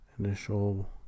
initial